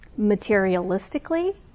materialistically